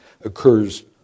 occurs